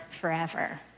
forever